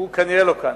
הוא כנראה לא כאן.